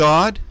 God